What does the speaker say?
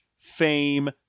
fame